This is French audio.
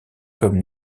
comme